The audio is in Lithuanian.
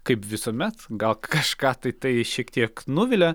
kaip visuomet gal kažką tai tai šiek tiek nuvilia